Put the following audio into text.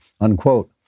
unquote